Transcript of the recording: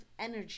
energy